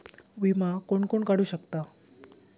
विमा कोण कोण काढू शकता?